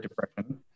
Depression